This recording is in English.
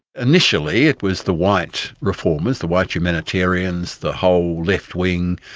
initially it was the white reformers, the white humanitarians, the whole left wing,